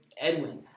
Edwin